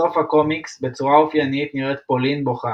בסוף הקומיקס, בצורה אופיינית, נראית פולין בוכה.